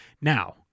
Now